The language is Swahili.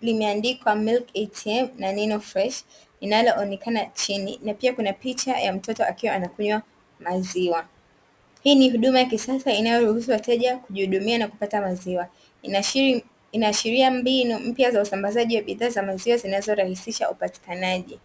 limeandikwa "milk ATM" na neno Freshi, linaloonekana chini na pia kuna picha ya mtoto akiwa anakunywa maziwa. Hii ni huduma ya kisasa inayoruhusu wateja kujihudumia na kupata maziwa. Inaashiria mbinu mpya za usambazaji wa bidhaa za maziwa zinazorahisisha upatikanaji.